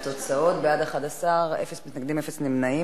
ולתוצאות: בעד, 11, אין מתנגדים ואין נמנעים.